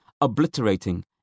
obliterating